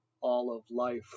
all-of-life